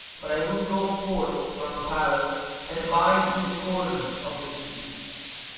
but i will go forth from the palace and abide in the corners of the city.